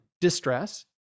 distress